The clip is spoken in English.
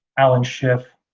allen schiff,